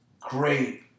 great